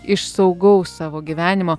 iš saugaus savo gyvenimo